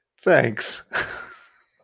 Thanks